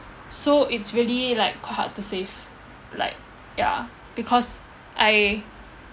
so it's really like quite hard to save like ya because I